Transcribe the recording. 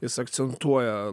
jis akcentuoja